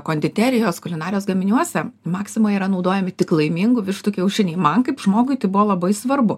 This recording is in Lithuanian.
konditerijos kulinarijos gaminiuose maksimoj yra naudojami tik laimingų vištų kiaušiniai man kaip žmogui tai buvo labai svarbu